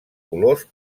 colors